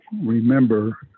remember